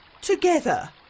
Together